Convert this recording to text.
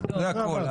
זה הכול.